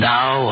Now